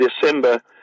December